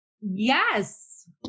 Yes